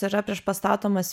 yra priešpastatomas